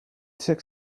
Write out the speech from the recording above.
took